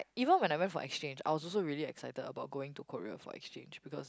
even when I went for exchange I was also really excited about going to Korea for exchange